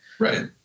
Right